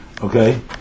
Okay